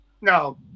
no